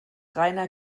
reiner